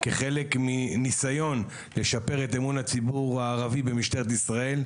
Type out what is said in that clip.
כחלק מניסיון לשפר את אמון הציבור הערבי במשטרת ישראל,